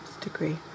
degree